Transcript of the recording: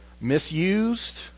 misused